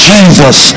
Jesus